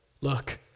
look